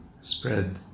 spread